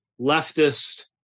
leftist